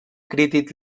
crític